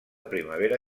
primavera